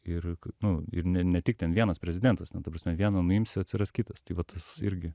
ir nu ir ne ne tik ten vienas prezidentas ten ta prasme vieną nuimsi atsiras kitas tai va tas irgi